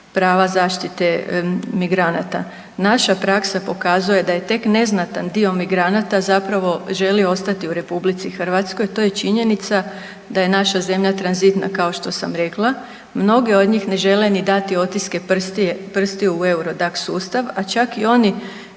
prava zaštite migranata. Naša praksa pokazuje da je tek neznatan dio migranata želi ostati u RH, to je činjenica da je naša zemlja tranzitna kao što sam rekla. Mnoge od njih ne žele ni dati otiske prstiju u Eurodax sustav, a čak i oni